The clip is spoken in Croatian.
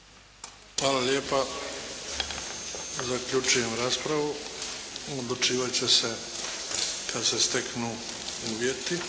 Hvala lijepa. Zaključujem raspravu. Odlučivat će se kada se steknu novi uvjeti.